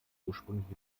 ursprüngliche